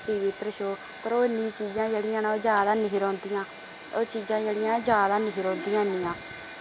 T V पर show पर ओह् निं चीजां जेह्ड़ियां न ओह् जाद हैनी ही रौंह्दियां ओह् चीजां जेह्ड़ियां जाद हैनी ही रौंह्दियां इन्नियां